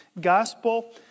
gospel